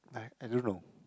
I I don't know